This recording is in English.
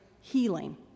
healing